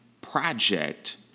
Project